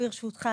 ברשותך,